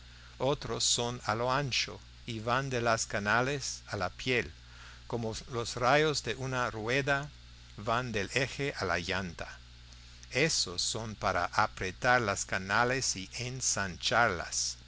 otros son a lo ancho y van de las canales a la piel como los rayos de una rueda van del eje a la llanta ésos son para apretar las canales o ensancharlas qué